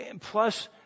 Plus